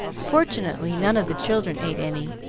fortunately none of the children ate any,